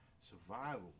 survival